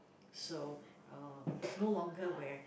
so uh it's no longer where